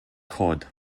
cod